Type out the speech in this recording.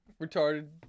retarded